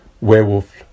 werewolf